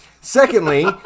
Secondly